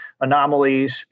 anomalies